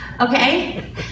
okay